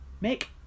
make